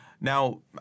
Now